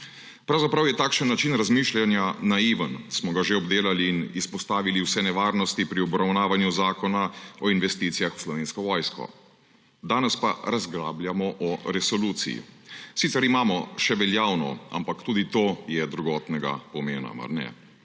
Pravzaprav je takšen način razmišljanja naiven, smo ga že obdelali in izpostavili vse nevarnosti pri obravnavanju Zakona o investicijah v Slovensko vojsko. Danes pa razglabljamo o resoluciji. Sicer imamo še veljavno, ampak tudi to je drugotnega pomena, mar ne.